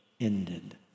ended